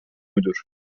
müdür